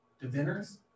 diviners